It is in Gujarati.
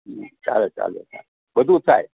હં ચાલે ચાલે ચાલે બધુ થાય